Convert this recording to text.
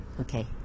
Okay